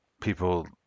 people